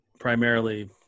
Primarily